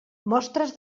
mostres